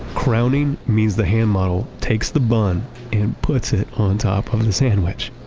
crowning means the hand model takes the bun and puts it on top of the sandwich.